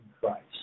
Christ